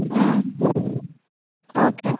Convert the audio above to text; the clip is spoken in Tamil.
ம் ஓகே மேம்